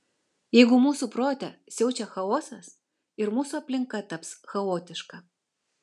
jeigu mūsų prote siaučia chaosas ir mūsų aplinka taps chaotiška